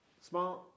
smart